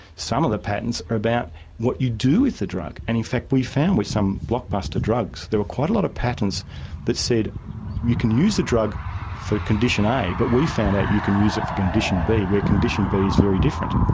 some of the patents are about what you do with the drug. and in fact we found with some blockbuster drugs, there were quite a lot of patents that said you can use the drug for condition a but we found out you can use it for condition b where condition b is very different.